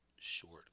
Short